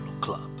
Club